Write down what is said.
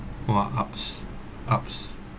!wah! ups ups